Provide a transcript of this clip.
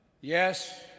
Yes